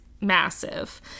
massive